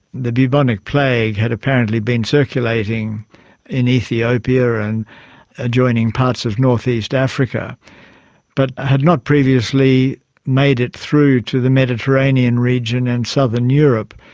the bubonic plague had apparently been circulating in ethiopia and adjoining parts of northeast africa but had not previously made it through to the mediterranean region and southern europe,